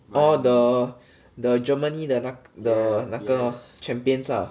orh the the germany 的那 the 那个 champions ah